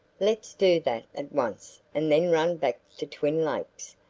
let's do that at once and then run back to twin lakes.